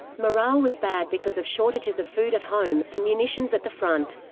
morale was bad because of shortages of food at home, the munitions at the front.